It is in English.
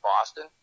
Boston